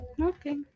Okay